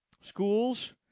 schools